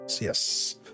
yes